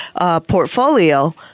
portfolio